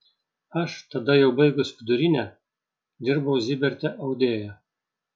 aš tada jau baigus vidurinę dirbau ziberte audėja